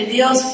Dios